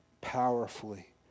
powerfully